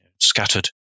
scattered